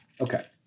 Okay